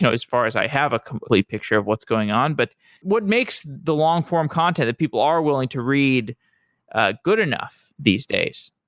as far as i have a complete picture of what's going on. but what makes the long-form content that people are willing to read ah good enough these days?